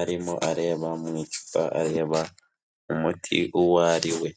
arimo areba mu icupa areba umuti uwo ari we.